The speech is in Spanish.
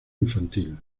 infantil